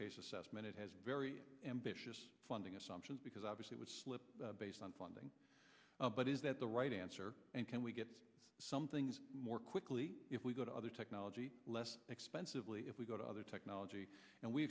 case assessment it has very ambitious funding assumptions because obviously was based on funding but is that the right answer and can we get some things more quickly if we go to other technology less expensively if we go to other technology and we